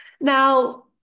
Now